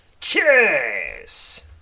Cheers